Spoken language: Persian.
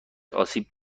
آسیب